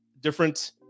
different